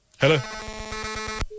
Hello